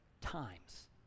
times